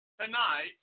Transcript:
tonight